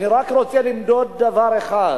אני רק רוצה למדוד דבר אחד,